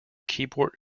keyboard